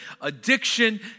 addiction